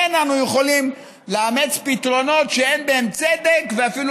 אין אנו יכולים לאמץ פתרונות שאין בהם צדק ואפילו